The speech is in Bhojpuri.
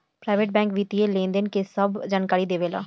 प्राइवेट बैंक वित्तीय लेनदेन के सभ जानकारी देवे ला